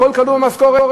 הכול כלול במשכורת?